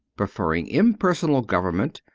preferring imper sonal government,